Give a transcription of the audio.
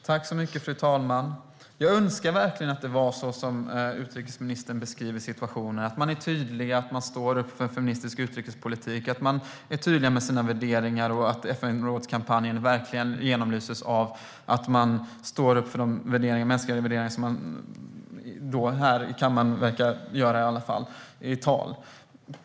Fru talman! Jag skulle verkligen önska att situationen var så som utrikesministern beskriver den, att man står upp för en feministisk utrikespolitik, att man är tydlig med sina värderingar, att kampanjen för en plats i FN:s säkerhetsråd verkligen genomlyses och att man står upp för de mänskliga värderingar som man i alla fall här i kammaren verkar göra i tal.